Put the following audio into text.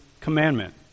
commandment